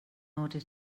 order